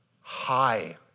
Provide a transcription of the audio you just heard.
high